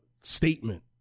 statement